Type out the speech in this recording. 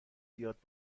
زیاد